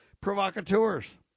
provocateurs